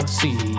see